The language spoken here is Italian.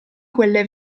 quelle